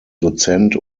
dozent